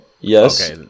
yes